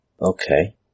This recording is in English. Okay